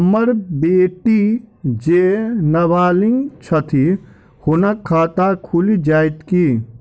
हम्मर बेटी जेँ नबालिग छथि हुनक खाता खुलि जाइत की?